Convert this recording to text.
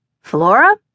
Flora